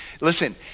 Listen